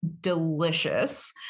delicious